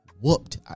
whooped